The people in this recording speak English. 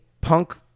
punk